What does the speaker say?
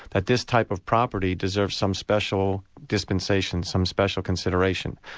that this type of property deserves some special dispensation, some special consideration.